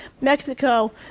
Mexico